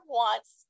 wants